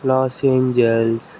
Los Angeles